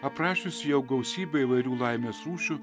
aprašius jau gausybė įvairių laimės rūšių